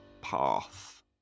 path